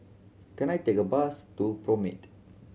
can I take a bus to Promenade